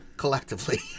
collectively